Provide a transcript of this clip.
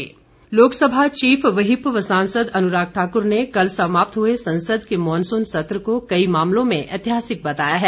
अनुराग Thakur Lok Sabha chief whip व सांसद अनुराग ठाकुर ने कल समाप्त हुए संसद के मॉनसून सत्र को कई मामलों में ऐतिहासिक बताया है